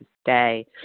stay